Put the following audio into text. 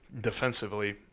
defensively